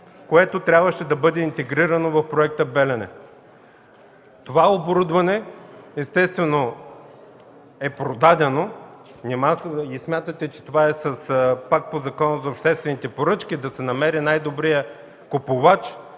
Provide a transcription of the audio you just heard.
което трябваше да бъде интегрирано в Проекта „Белене”. Това оборудване естествено е продадено. Нима смятате, че това е пак по Закона за обществените поръчки – да се намери най-добрият купувач,